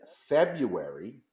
February